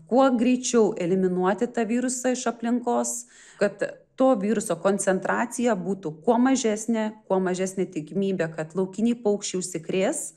kuo greičiau eliminuoti tą virusą iš aplinkos kad to viruso koncentracija būtų kuo mažesnė kuo mažesnė tikimybė kad laukiniai paukščiai užsikrės